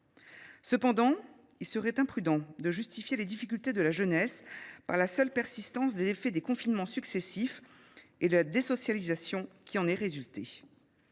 Cependant, il serait imprudent de justifier les difficultés de la jeunesse par la seule persistance des effets des confinements successifs et de la désocialisation qui en a résulté.